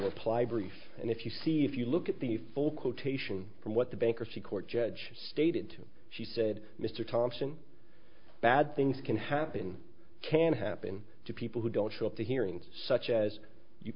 no apply brief and if you see if you look at the full quotation from what the bankruptcy court judge stated to him she said mr thompson bad things can happen can happen to people who don't show up to hearings such as you